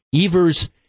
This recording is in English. Evers